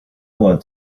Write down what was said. want